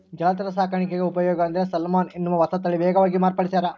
ಜಲಚರ ಸಾಕಾಣಿಕ್ಯಾಗ ಉಪಯೋಗ ಅಂದ್ರೆ ಸಾಲ್ಮನ್ ಎನ್ನುವ ಹೊಸತಳಿ ವೇಗವಾಗಿ ಮಾರ್ಪಡಿಸ್ಯಾರ